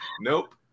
nope